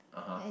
(uh huh)